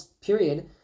period